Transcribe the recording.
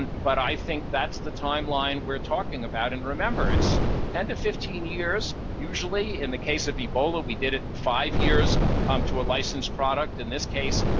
and but i think that's the time line we're talking about. and remember, it's ten to fifteen years usually. in the case of ebola, we did it in five years um to a licensed product. in this case,